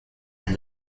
and